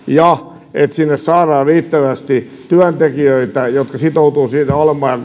ja sen takaaminen että sinne saadaan riittävästi työntekijöitä jotka sitoutuvat siinä olemaan